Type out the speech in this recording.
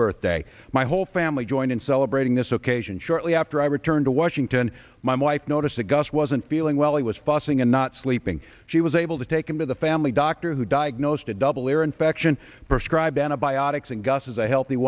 birthday my whole family joined in celebrating this occasion shortly after i returned to washington my wife noticed a gust wasn't feeling well he was fussing and not sleeping she was able to take him to the family doctor who diagnosed a double ear infection prescribe antibiotics and gus is a healthy